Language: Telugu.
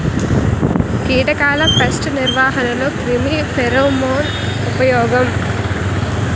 కీటకాల పేస్ట్ నిర్వహణలో క్రిమి ఫెరోమోన్ ఉపయోగం